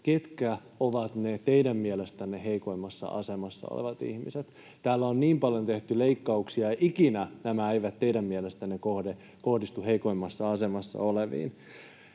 ketkä ovat ne teidän mielestänne heikoimmassa asemassa olevat ihmiset. Täällä on niin paljon tehty leikkauksia, mutta ikinä ne eivät teidän mielestänne kohdistu heikoimmassa asemassa oleviin.